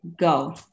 go